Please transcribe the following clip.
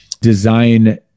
design